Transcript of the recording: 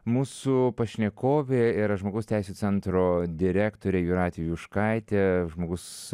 mūsų pašnekovė yra žmogaus teisių centro direktorė jūratė juškaitė žmogus